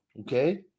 Okay